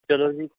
ਚੱਲੋ ਜੀ